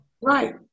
right